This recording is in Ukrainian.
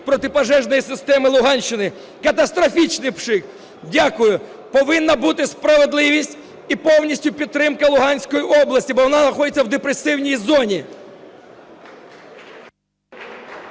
проти пожежної системи Луганщини, катастрофічний пшик. Дякую. Повинна бути справедливість і повністю підтримка Луганської області, бо вона знаходиться в депресивній зоні.